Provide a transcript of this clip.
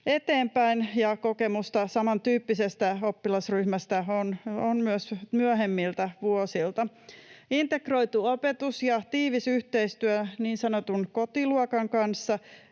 eteenpäin, ja kokemusta samantyyppisestä oppilasryhmästä on myös myöhemmiltä vuosilta. Integroitu opetus ja tiivis yhteistyö niin sanotun kotiluokan kanssa